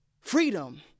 Freedom